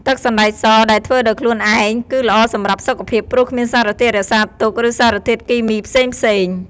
ទឹកសណ្ដែកសដែលធ្វើដោយខ្លួនឯងគឺល្អសម្រាប់សុខភាព ព្រោះគ្មានសារធាតុរក្សាទុក ឬសារធាតុគីមីផ្សេងៗ។